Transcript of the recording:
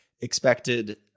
expected